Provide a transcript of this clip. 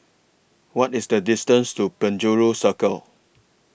What IS The distance to Penjuru Circle